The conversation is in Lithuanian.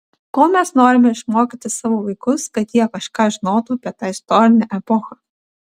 ko mes norime išmokyti savo vaikus kad jie kažką žinotų apie tą istorinę epochą